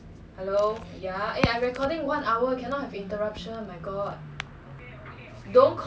what the in how many months I also want to 瘦 twenty K_G